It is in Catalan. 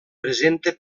presenta